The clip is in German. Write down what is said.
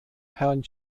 herrn